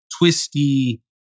twisty